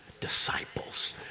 disciples